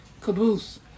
Caboose